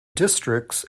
districts